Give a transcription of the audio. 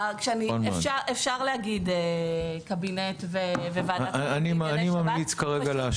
אפשר להגיד קבינט וועדת השרים לענייני שב"כ,